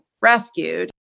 rescued